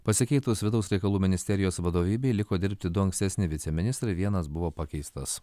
pasikeitus vidaus reikalų ministerijos vadovybei liko dirbti du ankstesni viceministrai vienas buvo pakeistas